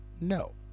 no